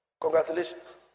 Congratulations